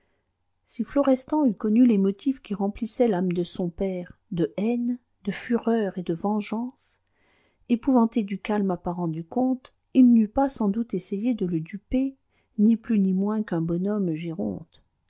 si florestan eût connu les motifs qui remplissaient l'âme de son père de haine de fureur et de vengeance épouvanté du calme apparent du comte il n'eût pas sans doute essayé de le duper ni plus ni moins qu'un bonhomme géronte